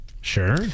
Sure